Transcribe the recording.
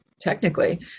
technically